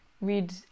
read